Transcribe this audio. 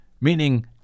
Meaning